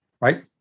right